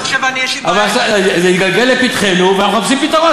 עכשיו זה התגלגל לפתחנו ואנחנו מחפשים פתרון,